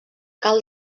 cal